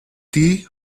tea